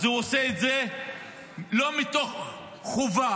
הוא עושה את זה לא מתוך חובה.